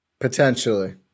Potentially